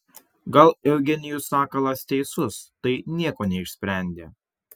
gal eugenijus sakalas teisus tai nieko neišsprendė